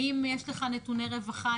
האם יש לך נתוני רווחה?